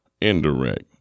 indirect